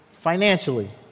financially